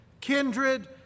kindred